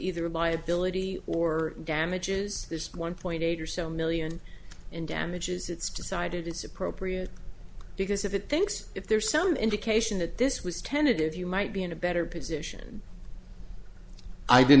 either liability or damages is one point eight or so million in damages it's decided it's appropriate because if it thinks if there's some indication that this was tentative you might be in a better position i did